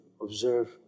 observe